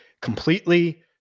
completely